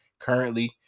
currently